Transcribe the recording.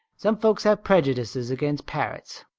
some folks have prejudices against parrots.